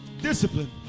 Discipline